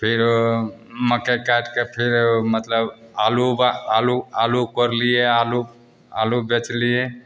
फेरो मकइ काटिके फेर मतलब आलू बा आलू आलू कोड़लिए आलू आलू बेचलिए